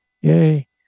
Yay